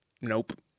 Nope